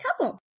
couple